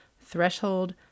threshold